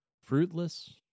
Fruitless